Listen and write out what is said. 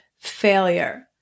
failure